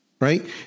right